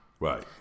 Right